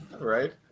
Right